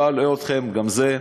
לא אלאה אתכם גם בזה.